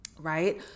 right